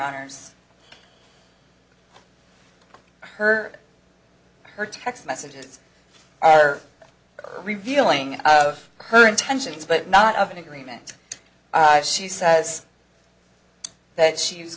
honour's her or her text messages are revealing of her intentions but not of an agreement she says that she